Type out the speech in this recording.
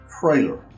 trailer